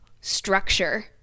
structure